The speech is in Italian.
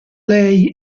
lei